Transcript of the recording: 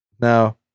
Now